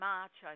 March